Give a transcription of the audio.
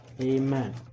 Amen